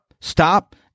stop